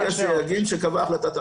שאלה.